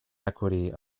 equity